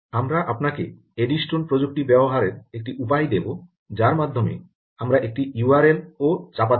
আমরা আপনাকে এডিস্টোন প্রযুক্তি ব্যবহারের একটি উপায় দেব যার মাধ্যমে আমরা একটি ইউআরএল ও চাপতে পারি